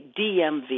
DMV